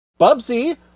Bubsy